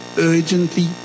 urgently